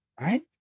right